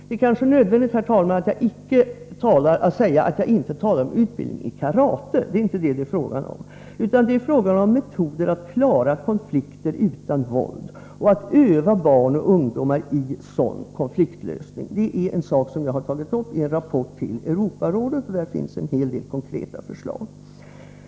Det är, herr talman, kanske nödvändigt att säga att jag inte talar om utbildning i karate, det är inte det som det är fråga om, utan om metoder att klara konflikter utan våld och att öva barn och ungdomar i sådan konfliktlösning. Jag har tagit upp detta i en rapport till Europarådet, och i den finns också en hel del konkreta förslag.